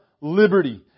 liberty